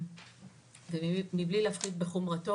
ומבלי להפחית בחומרתו,